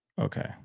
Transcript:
Okay